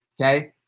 Okay